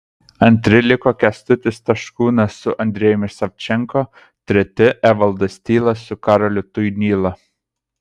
antri liko kęstutis taškūnas su andrejumi savčenko treti evaldas tylas su karoliu tuinyla